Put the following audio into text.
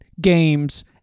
games